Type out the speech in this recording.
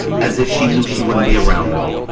as if she knew she wouldn't be around long.